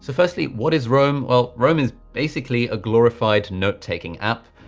firstly, what is roam? well, roam is basically a glorified note taking app,